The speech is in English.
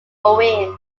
owen